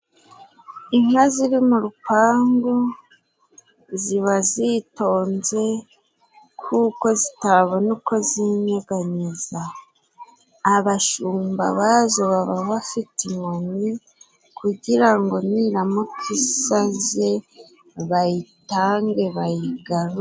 Inka ziri mu rupangu ziba zitonze kuko zitabona uko zinyeganyeza. Abashumba bazo baba bafite inkoni kugira ngo niramuka isaze, bayitange, bayigarure.